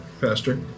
Pastor